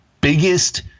biggest